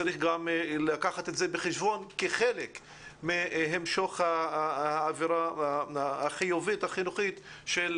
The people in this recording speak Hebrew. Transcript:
גם את זה צריך לקחת בחשבון כחלק מהמשך האווירה החיובית והחינוכית של